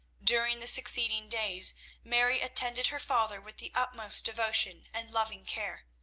during the succeeding days mary attended her father with the utmost devotion and loving care.